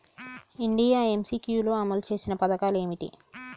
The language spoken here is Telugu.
ఇండియా ఎమ్.సి.క్యూ లో అమలు చేసిన పథకాలు ఏమిటి?